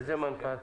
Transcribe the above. איזה מנכ"ל?